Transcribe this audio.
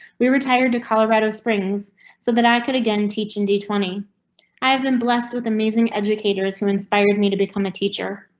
we retired to colorado springs so that i could again teach indy twenty i have been blessed with amazing educators who inspired me to become a teacher.